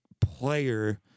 player